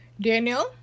Daniel